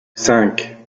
cinq